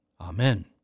Amen